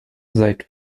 seit